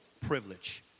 privilege